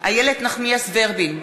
איילת נחמיאס ורבין,